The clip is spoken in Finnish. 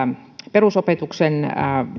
perusopetuksen